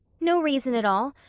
no reason at all.